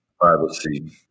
privacy